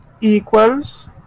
equals